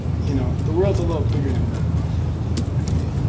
you know? the world's a little bigger than that okay,